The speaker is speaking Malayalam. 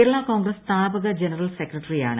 കേരളാ കോൺഗ്രസ് സ്ഥാപക ജനറൽ സെക്രട്ടറിയാണ്